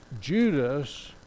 Judas